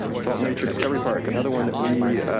felton nature discovery park, another one that we